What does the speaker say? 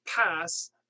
pass